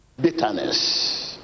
bitterness